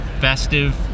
festive